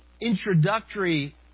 introductory